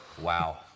Wow